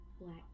Black